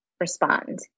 respond